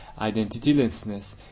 identitylessness